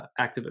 activist